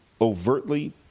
overtly